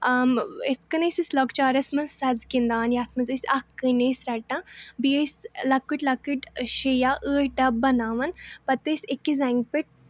یِتھٕ کٔنۍ ٲسۍ أسۍ لۄکچارَس منٛز سَز گِنٛدان یَتھ منٛز أسۍ اَکھ کٔنۍ ٲسۍ رَٹان بیٚیہِ ٲسۍ لۅکٕٹۍ لۅکٕٹۍ شےٚ یا ٲٹھ ڈَبہٕ بَناوَن پَتہٕ ٲسۍ أکِس زَنٛگہِ پٮ۪ٹھ تتھ